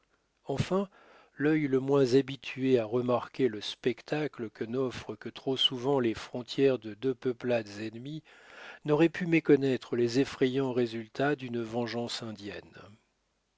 enfin l'œil le moins habitué à remarquer le spectacle que n'offrent que trop souvent les frontières de deux peuplades ennemies n'aurait pu méconnaître les effrayants résultats d'une vengeance indienne